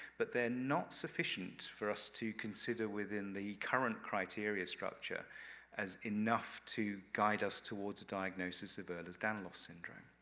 but they're not sufficient for us to consider within the current criteria structure as good enough to guide us towards a diagnosis of ehlers-danlos syndrome,